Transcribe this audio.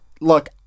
look